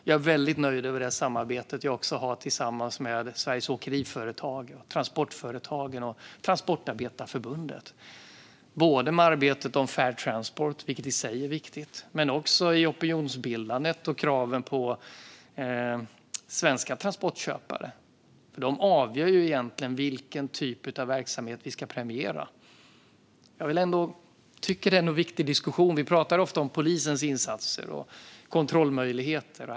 Jag är väldigt nöjd med det samarbete jag har med Sveriges Åkeriföretag, Transportföretagen och Transportarbetareförbundet. Det gäller både arbetet om Fair transport, vilket i sig är viktigt, och i opinionsbildandet och kraven på svenska transportköpare. Det är egentligen de som avgör vilken verksamhet vi ska premiera. Jag tycker att det här är en viktig diskussion. Vi talar ofta om polisens insatser och kontrollmöjligheter.